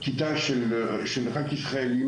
כיתה של רק ישראלים,